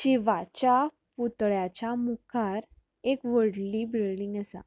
शिवाच्या पुतळ्याच्या मुखार एक व्हडली बिल्डींग आसा